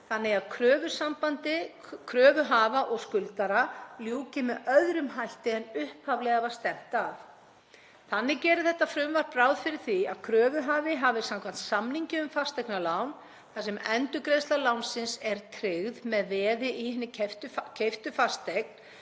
þannig að kröfusambandi kröfuhafa og skuldara ljúki með öðrum hætti en upphaflega var stefnt að. Þannig gerir frumvarp þetta ráð fyrir því að kröfuhafa, samkvæmt samningi um fasteignalán, þar sem endurgreiðsla lánsins er tryggð með veði í hinni keyptu fasteign,